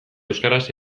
euskaraz